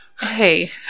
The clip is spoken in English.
Hey